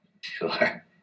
Sure